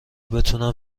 بتونن